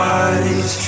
eyes